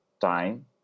time